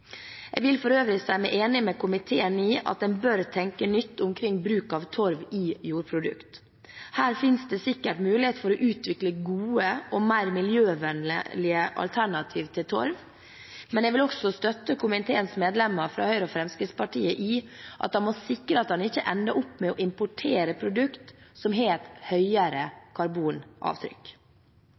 Jeg vil for øvrig si meg enig med komiteen i at en bør tenke nytt omkring bruk av torv i jordprodukter. Her finnes det sikkert mulighet for å utvikle gode og mer miljøvennlige alternativ til torv. Men jeg vil også støtte komiteens medlemmer fra Høyre og Fremskrittspartiet i at en må sikre at en ikke ender opp med å importere produkter som har et høyere karbonavtrykk.